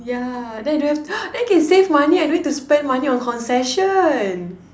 ya then don't have then can save money I don't need spend money on concession